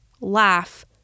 Laugh